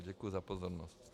Děkuji za pozornost.